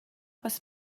oes